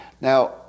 Now